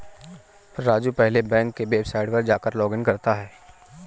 राजू पहले अपने बैंक के वेबसाइट पर जाकर लॉगइन करता है